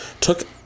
took